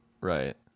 Right